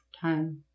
time